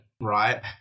right